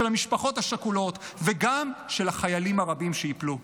של המשפחות השכולות וגם של החיילים הרבים שייפלו.